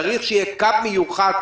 צריך שיהיה קו מיוחד,